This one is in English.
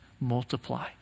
multiply